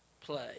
play